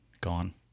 Gone